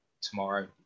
tomorrow